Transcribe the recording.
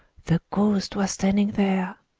the ghost was standing there!